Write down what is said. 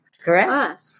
Correct